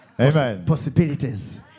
Possibilities